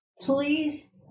Please